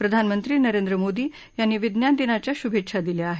प्रधानमंत्री नरेंद्र मोदी यांनी विज्ञान दिनाच्या श्भेच्छा दिल्या आहेत